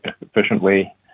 efficiently